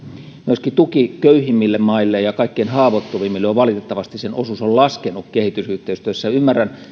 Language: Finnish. myöskin tuen osuus köyhimmille maille ja kaikkein haavoittuvimmille on valitettavasti laskenut kehitysyhteistyössä ymmärrän että kun